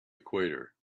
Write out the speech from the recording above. equator